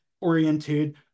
oriented